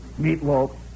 meatloaf